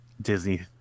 Disney